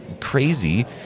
crazy